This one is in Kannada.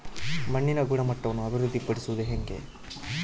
ಮಣ್ಣಿನ ಗುಣಮಟ್ಟವನ್ನು ಅಭಿವೃದ್ಧಿ ಪಡಿಸದು ಹೆಂಗೆ?